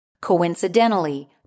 Coincidentally